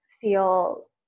feel